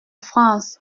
france